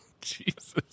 Jesus